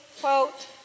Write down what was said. quote